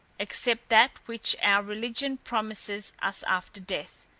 except that which our religion promises us after death.